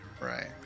Right